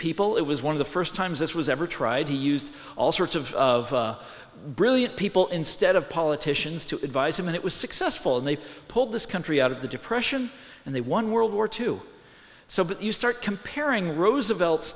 people it was one of the first times this was ever tried to used all sorts of of brilliant people instead of politicians to advise them and it was successful and they pulled this country out of the depression and they won world war two so but you start comparing roosevelt